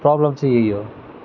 problem चाहिँ यही हो